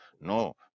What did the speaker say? No